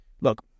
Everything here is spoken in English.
Look